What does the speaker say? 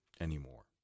anymore